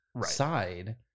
side